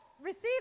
Receive